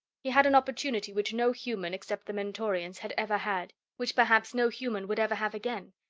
he had an opportunity which no human, except the mentorians, had ever had which perhaps no human would ever have again.